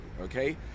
okay